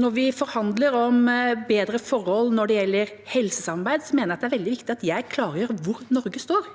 og bedre forhold når det gjelder helsesamarbeid, mener jeg det veldig viktig at jeg klargjør hvor Norge står,